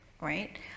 right